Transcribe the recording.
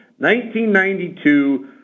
1992